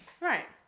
right